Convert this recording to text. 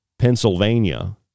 Pennsylvania